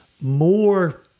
more